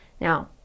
now